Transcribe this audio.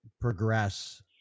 progress